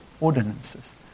ordinances